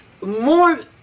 more